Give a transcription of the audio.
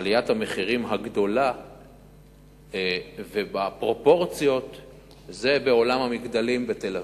עליית המחירים הגדולה ובפרופורציות זה בעולם המגדלים בתל-אביב.